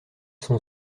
sont